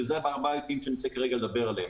ואלה ארבעת ההיבטים שאני רוצה כרגע לדבר עליהם.